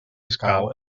escau